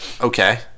Okay